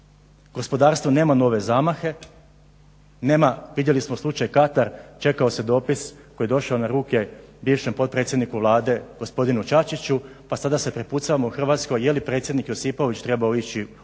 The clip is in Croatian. Gospodarstvo nema nove zamahe, nema vidjeli smo slučaj Katar čekao se dopis koji je došao na ruke bivšem potpredsjedniku Vlade gospodinu Čačiću, a sada se prepucavamo u Hrvatskoj je li predsjednik Josipović trebao ići u Katar